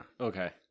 Okay